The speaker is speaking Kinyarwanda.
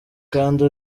kandi